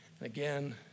again